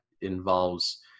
involves